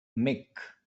mick